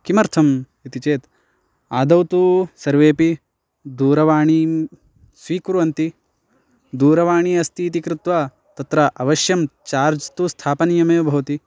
किमर्थम् इति चेत् आदौ तु सर्वेपि दूरवाणीं स्वीकुर्वन्ति दूरवाणी अस्ति इति कृत्वा तत्र अवश्यं चार्ज् तु स्थापनीयमेव भवति